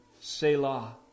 Selah